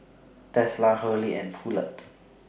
Tesla Hurley and Poulet